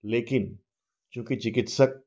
लेकिन चूँकि चिकित्सक